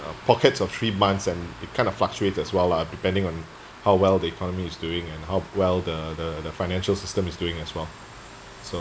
pockets of three months and it kind of fluctuates as well lah depending on how well the economy is doing and how well the the financial system is doing as well so